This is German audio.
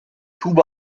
tube